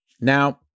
Now